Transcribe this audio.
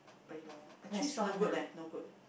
!aiyo! actually is no good leh no good